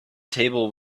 table